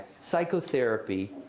psychotherapy